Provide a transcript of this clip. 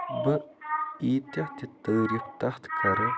بہٕ ییٖتیاہ تہِ تعریٖف تَتھ کَرٕ